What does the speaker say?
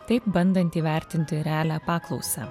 taip bandant įvertinti realią paklausą